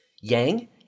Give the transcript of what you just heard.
Yang